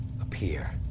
appear